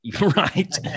right